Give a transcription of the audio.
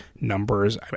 numbers